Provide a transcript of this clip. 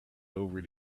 over